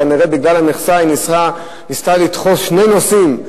וכנראה בגלל המכסה היא ניסתה לדחוס שני נושאים,